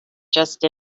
just